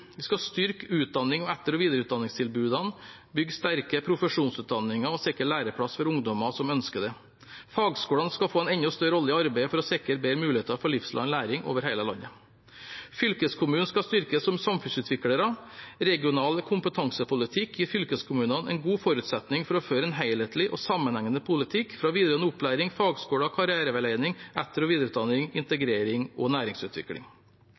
Vi skal styrke utdanning og etter- og videreutdanningstilbudene, bygge sterke profesjonsutdanninger og sikre læreplass for ungdommer som ønsker det. Fagskolene skal få en enda større rolle i arbeidet for å sikre bedre mulighet for livslang læring over hele landet. Fylkeskommunen skal styrkes som samfunnsutviklere. Regional kompetansepolitikk gir fylkeskommunene en god forutsetning for å føre en helhetlig og sammenhengende politikk fra videregående opplæring, fagskoler, karriereveiledning, etter- og videreutdanning, integrering og næringsutvikling.